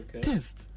test